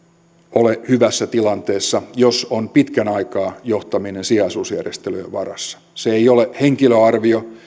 ole hyvässä tilanteessa jos johtaminen on pitkän aikaa sijaisuusjärjestelyjen varassa se ei ole henkilöarvio